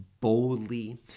boldly